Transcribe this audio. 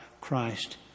christ